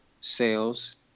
sales